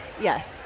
Yes